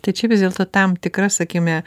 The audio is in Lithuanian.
tai čia vis dėlto tam tikra sakykime